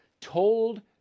told